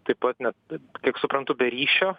taip pat net kiek suprantu be ryšio